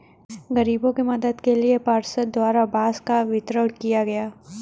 गरीबों के मदद के लिए पार्षद द्वारा बांस का वितरण किया गया